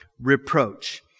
reproach